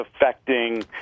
affecting